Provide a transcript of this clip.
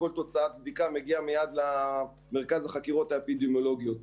כל תוצאת בדיקה מגיעה מייד למרכז החקירות האפידמיולוגיות.